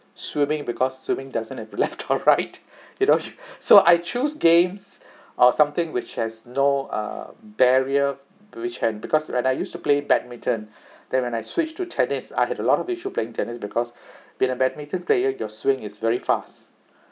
swimming because swimming doesn't have left or right you know so I choose games or something which has no uh barrier with which hand because when I used to play badminton then when I switched to tennis I had a lot of issue playing tennis because in a badminton player your swing is very fast